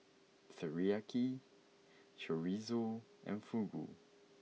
Teriyaki Chorizo and Fugu